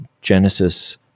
Genesis